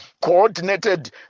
coordinated